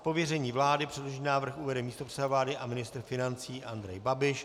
Z pověření vlády předložený návrh uvede místopředseda vlády a ministr financí Andrej Babiš.